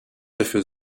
dafür